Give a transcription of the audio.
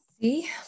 See